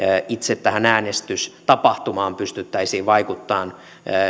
itse tähän äänestystapahtumaan pystyttäisiin vaikuttamaan